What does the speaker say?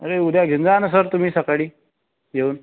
अरे उद्या घेऊन जा ना सर तुम्ही सकाळी येऊन